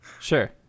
Sure